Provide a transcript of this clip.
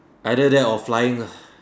either that or flying uh